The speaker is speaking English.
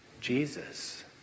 Jesus